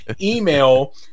email